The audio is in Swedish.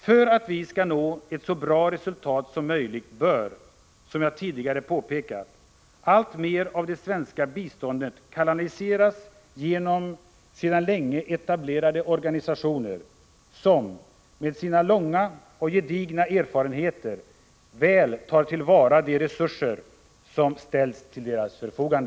För att vi skall nå ett så bra resultat som möjligt bör — som jag tidigare påpekat — alltmer av det svenska biståndet kanaliseras genom sedan länge etablerade organisationer, som med sina långa och gedigna erfarenheter väl tar till vara de resurser som ställs till deras förfogande.